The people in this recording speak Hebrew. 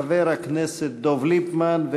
חבר הכנסת דב ליפמן,